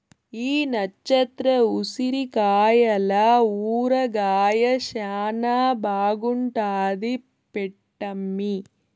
ఈ నచ్చత్ర ఉసిరికాయల ఊరగాయ శానా బాగుంటాది పెట్టమ్మీ